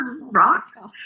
rocks